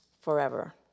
forever